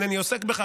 אינני עוסק בכך,